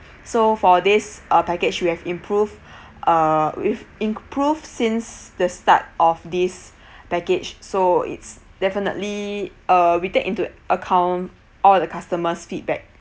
so for this uh package we have improved uh we've improved since the start of this package so it's definitely uh we take into account all the customers feedback